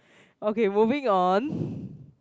okay moving on